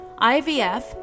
IVF